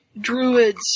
druids